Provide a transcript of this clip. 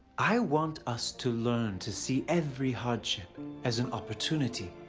i want us to learn to see every hardship as an opportunity.